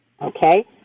okay